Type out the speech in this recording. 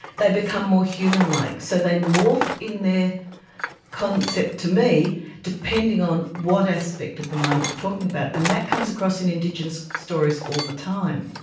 they become more humanlike. so they morph in their concept to me depending on what aspect of them i'm talking about, and that comes across in indigenous stories all the time.